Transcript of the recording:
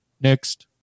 next